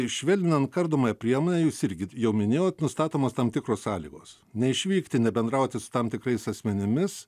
švelninant kardomąją priemonę jūs irgi jau minėjot nustatomos tam tikros sąlygos neišvykti nebendrauti su tam tikrais asmenimis